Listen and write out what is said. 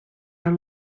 are